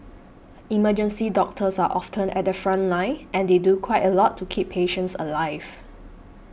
emergency doctors are often at the front line and they do quite a lot to keep patients alive